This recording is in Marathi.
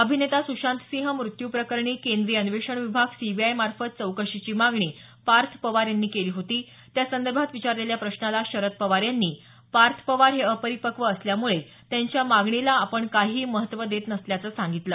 अभिनेता सुशांतसिंह मृत्यू प्रकरणी केंद्रीय अन्वेषण विभाग सीबीआय मार्फत चौकशीची मागणी पार्थ पवार यांनी केली होती त्यासंदर्भात विचारलेल्या प्रश्नाला शरद पवार यांनी पार्थ पवार हे अपरिपक्व असल्यामुळे त्यांच्या मागणीला आपण काहीही महत्त्व देत नसल्याचं सांगितलं